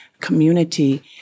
community